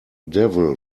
devil